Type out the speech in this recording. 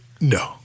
No